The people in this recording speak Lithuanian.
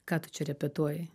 ką tu čia repetuoji